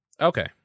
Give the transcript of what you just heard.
Okay